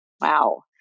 Wow